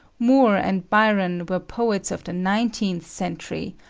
moore and byron were poets of the nineteenth century,